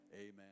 Amen